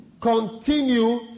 continue